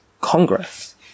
Congress